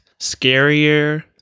scarier